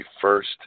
first